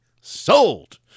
sold